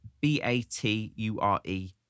b-a-t-u-r-e